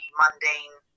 mundane